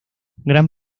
gran